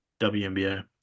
WNBA